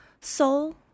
soul